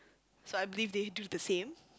so I believe they do the same